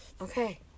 Okay